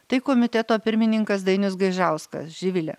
tai komiteto pirmininkas dainius gaižauskas živile